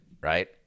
right